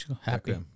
happy